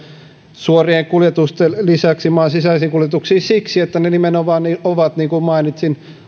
suorien kuljetusten lisäksi maan sisäisiin kuljetuksiin siksi että ne nimenomaan ovat halvempia niin kuin mainitsin